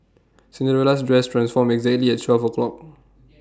Cinderella's dress transformed exactly at twelve o'clock